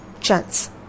chance